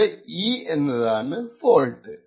ഇവിടെ e എന്നതാണ് fault